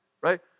right